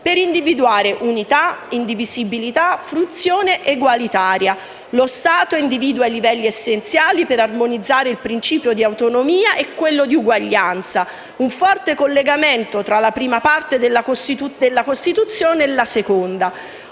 per individuare unità, indivisibilità e fruizione egualitaria. Lo Stato individua i livelli essenziali per armonizzare il principio di autonomia e quello di uguaglianza, con un forte collegamento tra la prima e la seconda parte della Costituzione. Lo